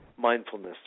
mindfulness